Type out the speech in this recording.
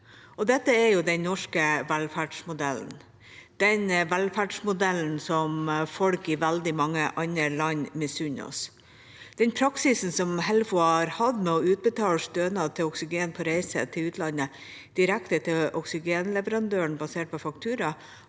Dette er den norske velferdsmodellen – den velferdsmodellen som folk i veldig mange andre land misunner oss. Den praksisen Helfo har hatt med å utbetale stønad til oksygen på reise til utlandet direkte til oksygenleverandøren basert på faktura,